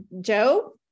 Joe